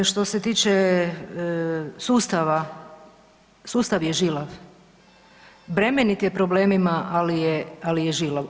Što se tiče sustava, sustav je žilav, bremenit je problemima, al je, al je žilav.